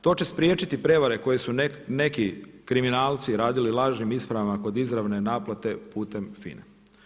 To će spriječiti prijevare koje su neki kriminalci radili lažnim ispravama kod izravne naplate putem FINA-e.